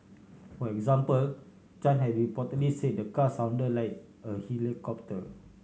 for example Chan had reportedly said the car sound like a helicopter